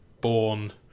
born